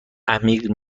عمیق